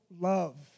Love